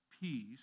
peace